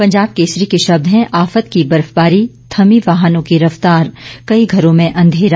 पंजाब केसरी के शब्द हैं आफ्त की बर्फबारी थमी वाहनों की रफतार कई घरों में अंधेरा